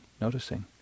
noticing